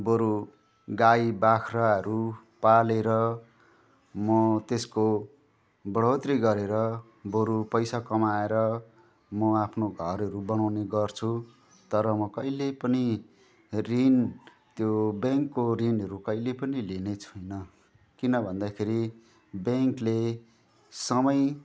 बरू गाईबाख्राहरू पालेर म त्यसको बढोत्तरी गरेर बरू पैसा कमाएर म आफ्नो घरहरू बनाउने गर्छु तर म कहिले पनि ऋण त्यो ब्याङ्कको ऋणहरू कहिले पनि लिने छुइनँ किन भन्दाखेरि ब्याङ्कले समय